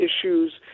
issues